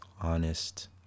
honest